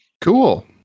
Cool